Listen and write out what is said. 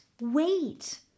wait